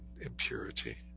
impurity